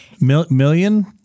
Million